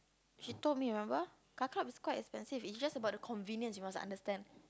she told me remember car club is quite expensive it's just about the convenience you must understand